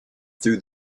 through